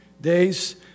days